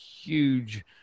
huge